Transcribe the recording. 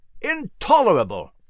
Intolerable